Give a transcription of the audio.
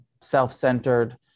self-centered